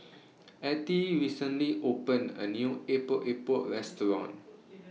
Attie recently opened A New Epok Epok Restaurant